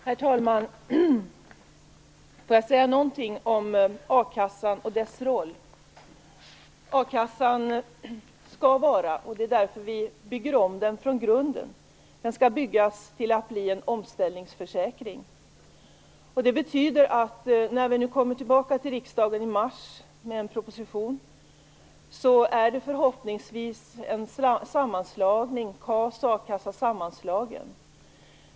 Herr talman! Låt mig säga någonting om a-kassans roll. A-kassan skall - det är därför som vi gör om den från grunden - byggas om till att bli en omställningsförsäkring. Det betyder att när vi kommer tillbaka till riksdagen i mars med en proposition är det förhoppningsvis fråga om en sammanslagning av KAS och akassan.